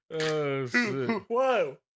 Whoa